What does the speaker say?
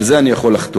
על זה אני יכול לחתום.